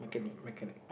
mechanic